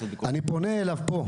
אני פונה אליו פה,